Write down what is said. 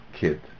kid